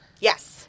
Yes